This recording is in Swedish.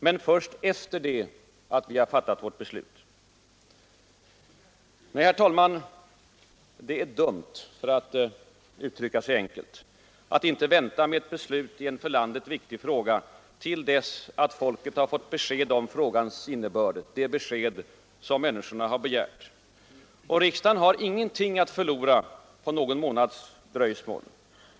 Men först efter det att vi har fattat vårt beslut.” Nej, herr talman, det är dumt — för att uttrycka sig enkelt — att inte vänta med ett beslut i en för landet viktig fråga till dess att folket har fått besked om frågans innebörd, det besked som människorna har begärt. Riksdagen har ingenting att förlora på någon månads dröjsmål.